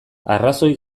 arrazoi